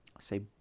say